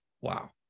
wow